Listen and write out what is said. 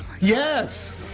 Yes